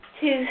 Two